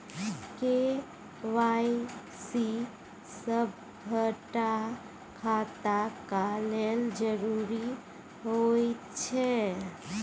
KYC सभटा खाताक लेल जरुरी होइत छै